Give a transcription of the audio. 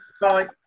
Bye